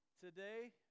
today